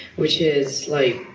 which is like.